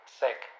sick